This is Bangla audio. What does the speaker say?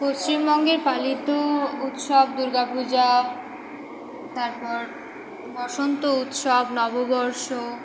পশ্চিমবঙ্গের পালিত উৎসব দুর্গা পূজা তারপর বসন্ত উৎসব নববর্ষ